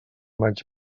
maig